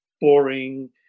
boring